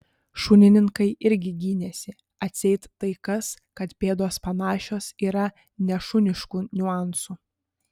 šunininkai irgi gynėsi atseit tai kas kad pėdos panašios yra nešuniškų niuansų